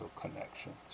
Connections